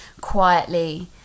quietly